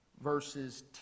verses